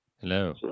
Hello